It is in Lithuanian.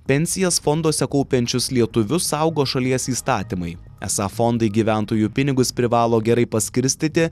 pensijas fonduose kaupiančius lietuvius saugo šalies įstatymai esą fondai gyventojų pinigus privalo gerai paskirstyti